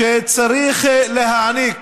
שצריך להעניק